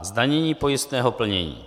Zdanění pojistného plnění